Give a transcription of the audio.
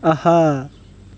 آہا